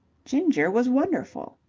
ginger was wonderful.